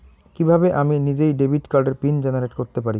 কিভাবে আমি নিজেই ডেবিট কার্ডের পিন জেনারেট করতে পারি?